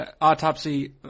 autopsy